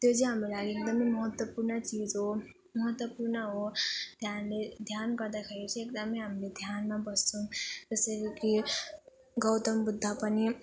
त्यो चाहिँ हाम्रो लागि एकदम महत्त्वपूर्ण चिज हो महत्त्वपूर्ण हो ध्यानले ध्यान गर्दाखेरि चाहिँ एकदम हामीले ध्यानमा बस्छौँ जसरी कि गौतम बुद्ध पनि